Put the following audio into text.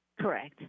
Correct